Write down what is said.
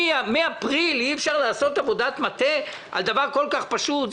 מאפריל אי אפשר לעשות עבודת מטה על דבר כל כך פשוט?